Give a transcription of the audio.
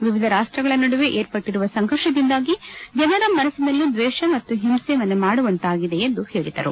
ವಿವಿಧ ರಾಷ್ಟಗಳ ನಡುವೆ ಏರ್ಪಟ್ಲಿರುವ ಸಂಘರ್ಷದಿಂದಾಗಿ ಜನರ ಮನಸ್ಥಿನಲ್ಲೂ ದ್ವೇಷ ಮತ್ತು ಹಿಂಸೆ ಮನೆ ಮಾಡುವಂತಾಗಿದೆ ಎಂದು ಹೇಳಿದರು